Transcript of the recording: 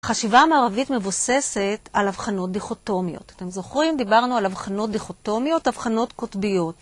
חשיבה המערבית מבוססת על הבחנות דיכוטומיות. אתם זוכרים? דיברנו על הבחנות דיכוטומיות, הבחנות קוטביות.